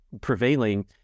prevailing